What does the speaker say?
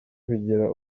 bigera